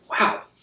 Wow